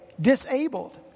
disabled